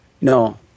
no